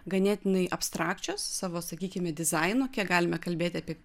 ganėtinai abstrakčios savo sakykime dizainu kiek galime kalbėti apie